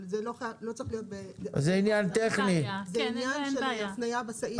אבל זה עניין של הפניה בסעיף המהותי.